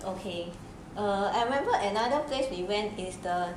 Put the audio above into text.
okay err I remember another place we went is the